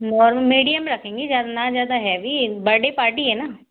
medium रखेंगे ज़्यादा न ज़्यादा हैवी बर्थडे पार्टी है न